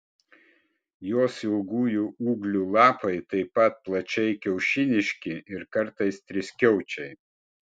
jos ilgųjų ūglių lapai taip pat plačiai kiaušiniški ir kartais triskiaučiai